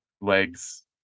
legs